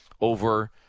over